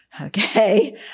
okay